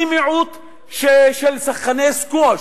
אני מיעוט של שחקני סקוואש,